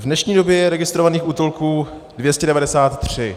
V dnešní době je registrovaných útulků 293.